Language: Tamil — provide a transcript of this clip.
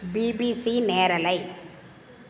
பிபிசி நேரலை